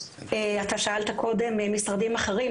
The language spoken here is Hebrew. שאלת קודם משרדים אחרים,